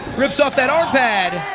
rips off that arm pad